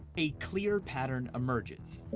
a clear pattern emerges.